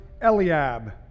Eliab